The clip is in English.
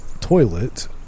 toilet